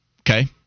Okay